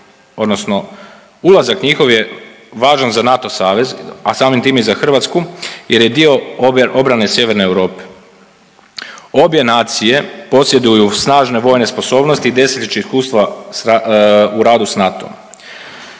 odnosno ulazak njihov je važan za NATO savez, a samim time i za Hrvatsku jer je dio obrane sjeverne Europe. Obje nacije posjeduju snažne vojne sposobnosti i desetljeće iskustva u radu s NATO-om.